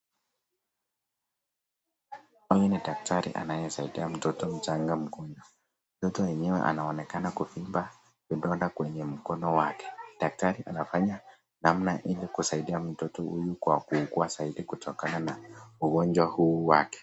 Huyu ni daktari anayesaidia mtoto mchanga mgonjwa. Mtoto yenyewe anaonekana kuvimba kidonda kwenye mkono wake. Daktari anafanya namna ili kusaidia mtoto huyu kwa kuwasaidia kutokana na ugonjwa huu wake.